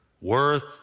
worth